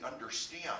understand